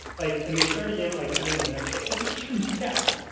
like and they start again at like ten a m. the next day. that's a huge gap.